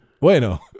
Bueno